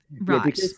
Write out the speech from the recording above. Right